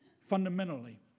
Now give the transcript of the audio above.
fundamentally